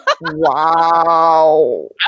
Wow